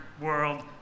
world